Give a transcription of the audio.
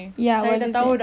ya what is it